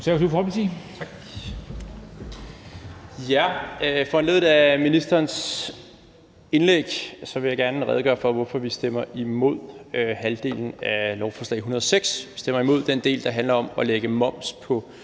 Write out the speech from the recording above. Foranlediget af ministerens indlæg vil jeg gerne redegøre for, hvorfor vi stemmer imod halvdelen af lovforslag nr. L 106 – at vi stemmer imod den del, der handler om at lægge moms på